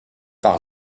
par